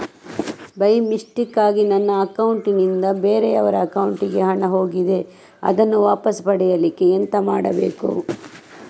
By ಮಿಸ್ಟೇಕಾಗಿ ನನ್ನ account ನಿಂದ ಬೇರೆಯವರ ಅಕೌಂಟ್ ಗೆ ಹಣ ಹೋಗಿದೆ ಅದನ್ನು ವಾಪಸ್ ಪಡಿಲಿಕ್ಕೆ ಎಂತ ಮಾಡಬೇಕು?